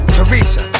Teresa